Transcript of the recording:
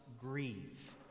grieve